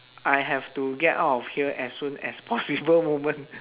I have to get out of here as soon as possible moment